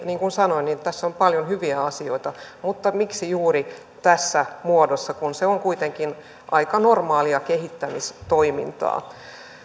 niin kuin sanoin niin tässä on paljon hyviä asioita mutta miksi juuri tässä muodossa kun se on kuitenkin aika normaalia kehittämistoimintaa